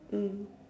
mm